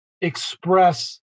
Express